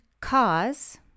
cause